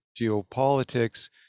geopolitics